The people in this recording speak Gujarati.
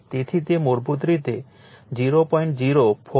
તેથી તે મૂળભૂત રીતે 0